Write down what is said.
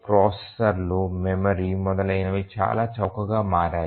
ప్రాసెసర్లు మెమరీ మొదలైనవి చాలా చౌకగా మారాయి